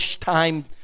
time